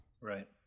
Right